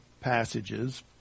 passages